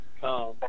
come